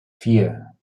vier